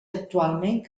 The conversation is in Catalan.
actualment